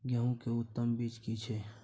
गेहूं के उत्तम बीज की छै?